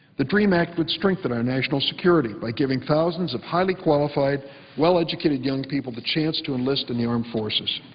the dream act would strengthen our national security by giving thousands of highly qualified well-educated young people the chance to enlist in the armed forces.